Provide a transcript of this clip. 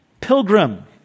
pilgrim